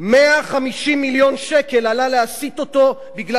150 מיליון שקל עלה להסיט אותו בגלל